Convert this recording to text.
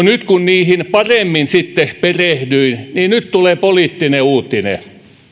nyt kun niihin paremmin sitten perehdyin tulee poliittinen uutinen